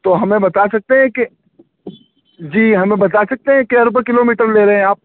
تو ہمیں بتا سکتے ہیں کہ جی ہمیں بتا سکتے ہیں کے روپئے کلو میٹر لے رہے آپ